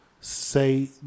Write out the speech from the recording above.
say